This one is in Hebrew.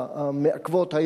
המעכבות,